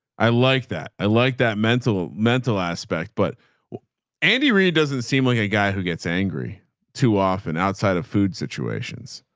i liked that. i liked that mental mental aspect, but andy reed doesn't seem like a guy who gets angry too often outside of food situations.